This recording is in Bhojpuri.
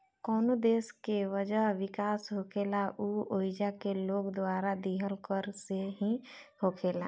कवनो देश के वजह विकास होखेला उ ओइजा के लोग द्वारा दीहल कर से ही होखेला